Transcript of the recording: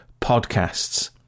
podcasts